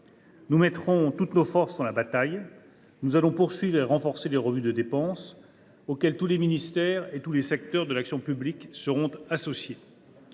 Nous mettrons toutes nos forces dans la bataille. Nous poursuivrons et renforcerons les revues de dépenses, auxquelles tous les ministères et tous les secteurs de l’action publique seront associés.